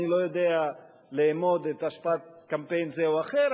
אני לא יודע לאמוד את השפעת קמפיין זה או אחר,